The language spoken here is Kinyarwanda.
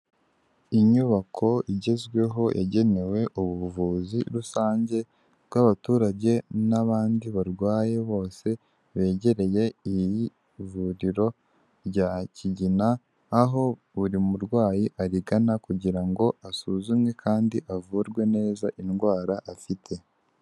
Inyubako igezweho yagenewe ubuvuzi rusange bw'abaturage n'abandi barwaye bose begereye iri vuriro rya kigina, aho buri murwayi arigana kugira ngo asuzumwe kandi avurwe neza indwara afite.